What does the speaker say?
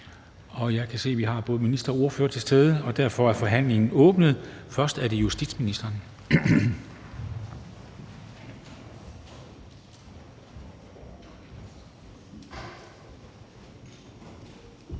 Jeg kan se, at vi både har ministeren og ordførere til stede, og derfor er forhandlingen åbnet. Først er det justitsministeren.